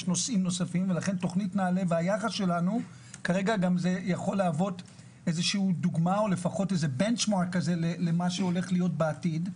לכן תוכנית נעל"ה יכולה להוות דוגמה למה שהולך להיות בעתיד,